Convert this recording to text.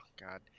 god